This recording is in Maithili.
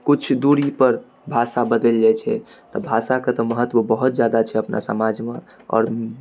किछु दूरी पर भाषा बदलि जाइत छै तऽ भाषा कऽ तऽ महत्व बहुत जादा छै अपना समाजमे आओर